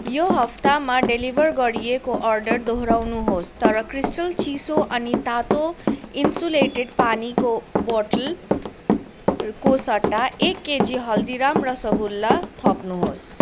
यो हप्तामा डेलिभर गरिएको अर्डर दोहोऱ्याउनुहोस् तर क्रिस्टल चिसो अनि तातो इन्सुलेटेड पानीको बोत्तलको सट्टा एक केजी हल्दीराम रसगुल्ला थप्नुहोस्